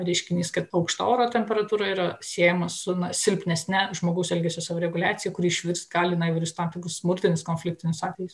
reiškinys kaip aukšta oro temperatūra yra siejama su na silpnesne žmogaus elgesio savireguliacija kuri išvirst gali na jau ir į tam tikrus smurtinis konfliktinius atvejus